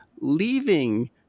leaving